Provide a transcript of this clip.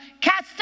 cast